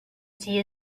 see